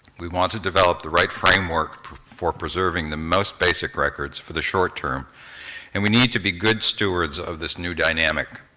we want to develop the right framework for preserving the most basic records for the short term and we need to be good stewards of this new dynamic.